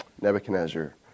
Nebuchadnezzar